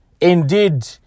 indeed